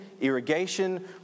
irrigation